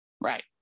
Right